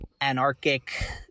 anarchic